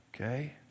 Okay